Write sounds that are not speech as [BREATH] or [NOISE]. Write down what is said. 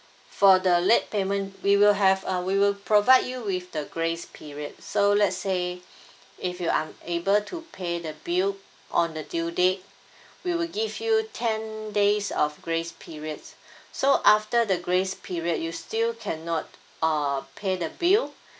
for the late payment we will have a we will provide you with the grace period so let's say [BREATH] if you unable to pay the bill on the due date we will give you ten days of grace periods so after the grace period you still cannot uh pay the bill